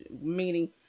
meaning